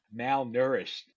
malnourished